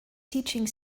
teaching